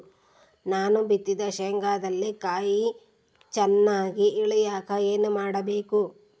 ನಾನು ಬಿತ್ತಿದ ಶೇಂಗಾದಲ್ಲಿ ಕಾಯಿ ಚನ್ನಾಗಿ ಇಳಿಯಕ ಏನು ಮಾಡಬೇಕು?